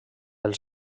els